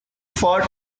for